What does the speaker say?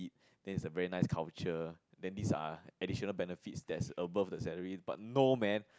there's a very nice culture then these are additional benefit that's above the salary but no man